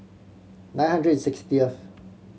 nine hundred and sixtieth